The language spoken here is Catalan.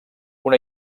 una